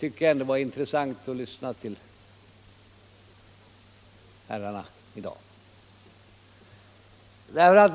var det ändå intressant att lyssna till herrarna i dag.